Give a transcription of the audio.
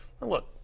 Look